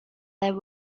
there